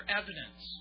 evidence